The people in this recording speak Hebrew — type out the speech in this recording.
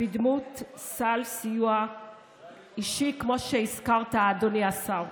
בדמות סל סיוע אישי, כמו שהזכרת, אדוני השר.